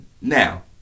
now